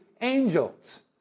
angels